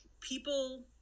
people